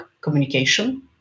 communication